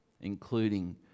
including